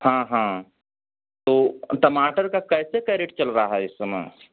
हाँ हाँ तो टमाटर का कैसे कैरेट चल रहा है इस समय